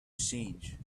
change